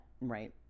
Right